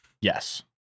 Yes